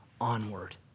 onward